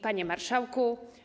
Panie Marszałku!